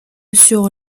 sur